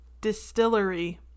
distillery